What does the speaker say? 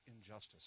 injustice